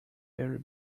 very